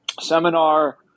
seminar